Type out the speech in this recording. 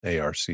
ARC